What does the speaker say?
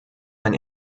ein